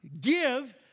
give